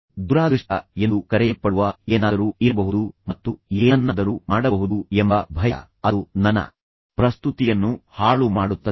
ದುರಾದೃಷ್ಟ ಎಂದು ಕರೆಯಲ್ಪಡುವ ಏನಾದರೂ ಇರಬಹುದು ಮತ್ತು ಏನನ್ನಾದರೂ ಮಾಡಬಹುದು ಎಂಬ ಭಯ ಅದು ನನ್ನ ಪ್ರಸ್ತುತಿಯನ್ನು ಹಾಳು ಮಾಡುತ್ತದೆ